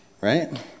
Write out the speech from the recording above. Right